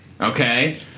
okay